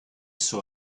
saw